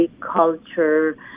culture